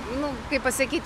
nu kaip pasakyt